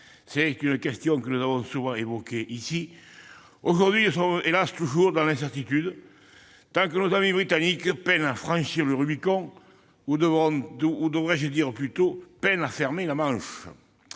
C'est une question que nous avons souvent évoquée ici. Aujourd'hui, nous sommes, hélas, toujours dans l'incertitude, tant nos amis Britanniques peinent à franchir le Rubicon ou, devrais-je plutôt dire, peinent à fermer la Manche ...